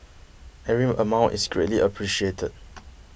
every amount is greatly appreciated